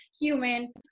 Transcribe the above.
human